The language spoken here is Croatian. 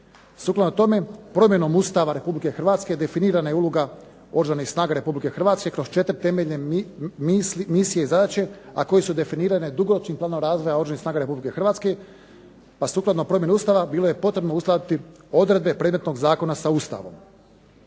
Sukladno tome, promjenom Ustava Republike Hrvatske definirana je uloga Oružanih snaga Republike Hrvatske kroz četiri temeljne misije i zadaće, a koje su definirane dugoročnim planom razvoja Oružanih snaga Republike Hrvatske, pa sukladno promjeni Ustava bilo je potrebno uskladiti odredbe predmetnog zakona sa Ustavom.